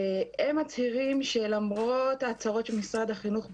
והם מצהירים שלמרות ההצהרות של משרד החינוך,